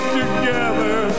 together